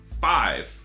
five